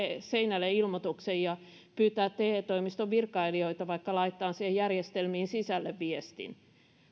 seinälle ilmoituksen ja pyytää te toimiston virkailijoita vaikka laittamaan järjestelmiin sisälle viestin